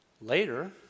Later